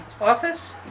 office